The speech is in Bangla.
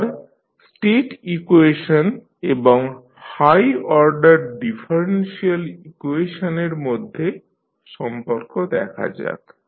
এবার স্টেট ইকুয়েশন এবং হাই অর্ডার ডিফারেনশিয়াল ইকুয়েশনের মধ্যে সম্পর্ক দেখা যাক